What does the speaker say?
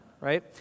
Right